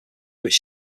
which